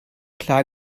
klar